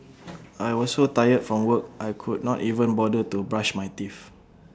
I was so tired from work I could not even bother to brush my teeth